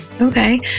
Okay